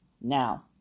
Now